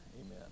Amen